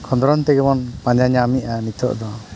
ᱠᱷᱚᱸᱫᱽᱨᱚᱸᱫᱽ ᱛᱮᱜᱮ ᱵᱚᱱ ᱯᱟᱡᱟ ᱧᱟᱢᱮᱜᱼᱟ ᱱᱤᱛᱚᱜ ᱫᱚ